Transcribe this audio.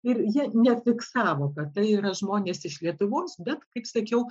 ir jie nefiksavo kad tai yra žmonės iš lietuvos bet kaip sakiau